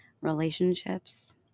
Relationships